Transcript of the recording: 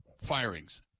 firings